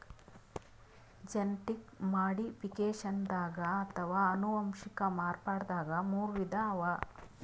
genetic ಮಾಡಿಫಿಕೇಷನ್ದಾಗ್ ಅಥವಾ ಅನುವಂಶಿಕ್ ಮಾರ್ಪಡ್ದಾಗ್ ಮೂರ್ ವಿಧ ಅವಾ